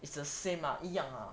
it's the same lah 一样 lah